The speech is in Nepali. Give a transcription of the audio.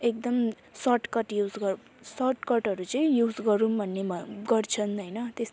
एकदम सर्टकट युज सर्टकटहरू चाहिँ युज गरौँ भन्ने गर्छन् होइन त्यस